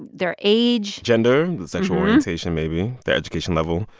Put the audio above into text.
their age. gender, the sexual orientation maybe, their education level.